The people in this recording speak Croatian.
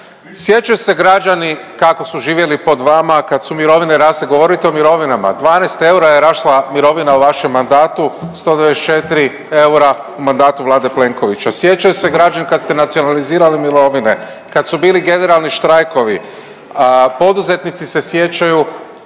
Sjećaju se građani kako su živjeli pod vama kad su mirovine rasle, govorite o mirovinama. 12 eura je rasla mirovina u vašem mandatu. 124 eura u mandatu Vlade Plenkovića. Sjećaju se građani kad ste nacionalizirali mirovine, kad su bili generalni štrajkovi. Poduzetnici se sjećaju